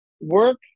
work